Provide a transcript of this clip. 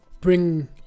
bring